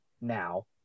now